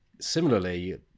similarly